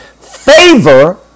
Favor